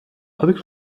avec